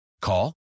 Call